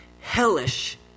Hellish